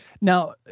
Now